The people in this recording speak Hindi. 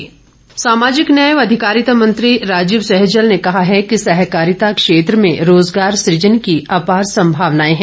राजीव सैजल सामाजिक न्याय व अधिकारिता मंत्री राजीव सैजल ने कहा कि सहकारिता क्षेत्र में रोजगार सुजन की अपार संभावनाए हैं